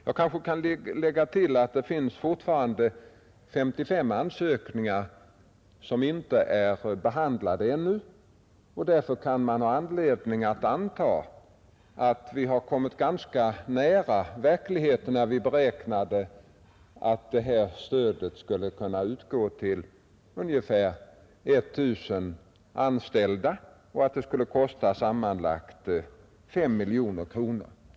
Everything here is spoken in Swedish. Jag kan tillägga att det fortfarande finns 55 ansökningar som ännu inte är behandlade. Därför kan man ha anledning att anta att vi kom ganska nära verkligheten när vi beräknade, att detta stöd skulle utgå till ungefär 1 000 anställda och att det skulle kosta sammanlagt 5 miljoner kronor.